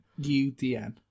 Udn